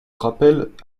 rappellent